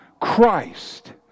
Christ